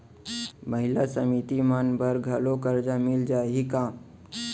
महिला समिति मन बर घलो करजा मिले जाही का?